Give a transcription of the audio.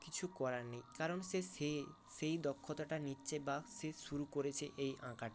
কিছু করার নেই কারণ সে সে সেই দক্ষতাটা নিচ্ছে বা সে শুরু করেছে এই আঁকাটি